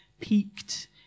peaked